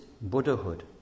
Buddhahood